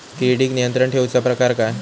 किडिक नियंत्रण ठेवुचा प्रकार काय?